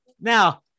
Now